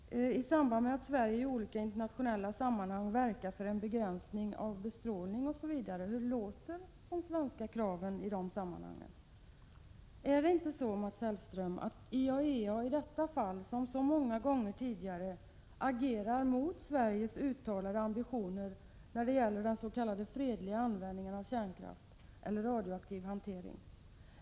Vilka är de svenska kraven när Sverige i olika internationella 24 november 1986 sammanhang verkar för en begränsning av bestrålning av mat osv.? Är det. — mmpocmålninoon mr inte så, Mats Hellström, att IAEA i detta fall, som så många gånger tidigare, agerar mot Sveriges uttalade ambitioner när det gäller s.k. fredlig användning av kärnkraft och radioaktiv hantering?